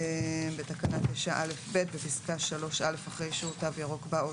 בתקנה 9א(ב) בפסקה (3)(א) אחרי "אישור "תו ירוק"" בא "או